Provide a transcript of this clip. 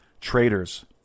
traitors